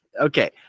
Okay